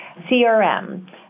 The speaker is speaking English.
CRM